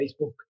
facebook